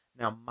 now